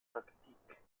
tactique